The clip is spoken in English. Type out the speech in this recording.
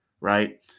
Right